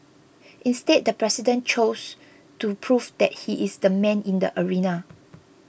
instead the president chose to prove that he is the man in the arena